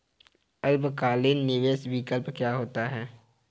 अल्पकालिक निवेश विकल्प क्या होता है?